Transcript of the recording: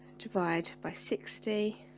divided by sixty